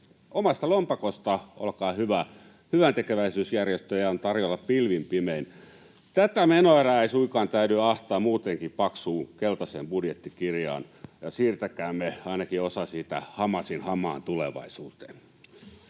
omasta lompakosta, olkaa hyvä — hyväntekeväisyysjärjestöjä on tarjolla pilvin pimein. Tätä menoerää ei suinkaan täydy ahtaa muutenkin paksuun keltaiseen budjettikirjaan, ja siirtäkäämme ainakin osa siitä Hamasin hamaan tulevaisuuteen.